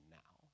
now